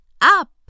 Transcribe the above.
up